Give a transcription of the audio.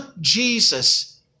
Jesus